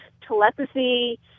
telepathy